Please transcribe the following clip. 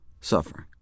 suffering